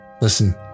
Listen